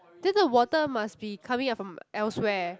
then the water must be coming out from elsewhere